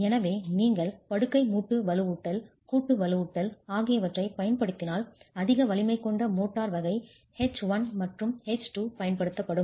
எனவே நீங்கள் படுக்கை மூட்டு வலுவூட்டல் கூட்டு வலுவூட்டல் ஆகியவற்றைப் பயன்படுத்தினால் அதிக வலிமை கொண்ட மோர்ட்டார் வகை H1 மற்றும் H2 பயன்படுத்தப்படும்